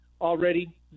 already